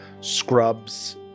scrubs